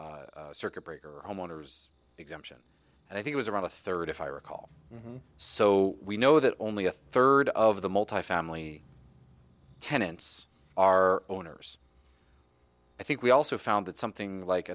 homeowners circuit breaker homeowners exemption i think was around a third if i recall so we know that only a third of the multifamily tenants are owners i think we also found that something like